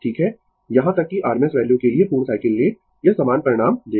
यहां तक कि r m s वैल्यू के लिए पूर्ण साइकिल लें यह समान परिणाम देगा